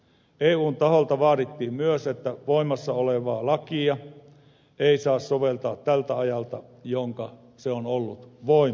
eun taholta vaadittiin myös että voimassa olevaa lakia ei saa soveltaa tältä ajalta jonka se on ollut voimassa